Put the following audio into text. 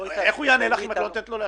איך הוא יענה לך אם את לא נותנת לו להשיב?